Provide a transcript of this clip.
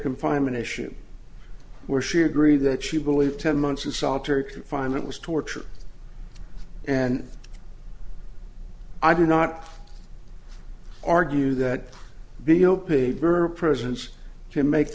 confinement issue where she agreed that she believed ten months in solitary confinement was torture and i do not argue that below paid her presence to make